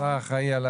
השר האחראי,